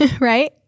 right